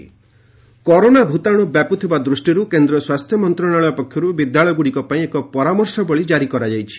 health school advisory corona ଭୂତାଣୁ ବ୍ୟାପୁଥିବା ଦୃଷ୍ଟିରୁ କେନ୍ଦ୍ର ସ୍ୱାସ୍ଥ୍ୟ ମନ୍ତ୍ରଣାଳୟ ପକ୍ଷରୁ ବିଦ୍ୟାଳୟଗୁଡ଼ିକ ପାଇଁ ଏକ ପରାମର୍ଶବଳୀ ଜାରି କରାଯାଇଛି